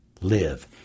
live